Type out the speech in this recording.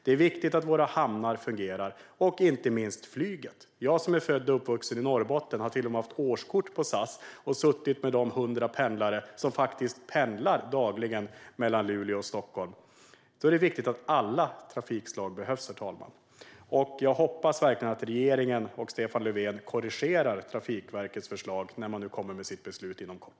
Det är viktigt att våra hamnar, och inte minst flyget, fungerar. Jag som är född och uppvuxen i Norrbotten har till och med haft årskort på SAS och suttit med de 100 pendlare som dagligen faktiskt pendlar mellan Luleå och Stockholm. Då är det viktigt med alla trafikslag. Jag hoppas verkligen att regeringen och Stefan Löfven korrigerar Trafikverkets förslag när man nu ska komma med sitt beslut inom kort.